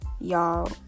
Y'all